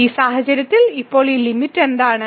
ഈ സാഹചര്യത്തിൽ ഇപ്പോൾ ഈ ലിമിറ്റ് എന്താണ്